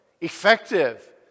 effective